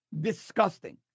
disgusting